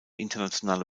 internationale